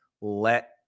let